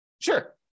Sure